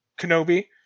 Kenobi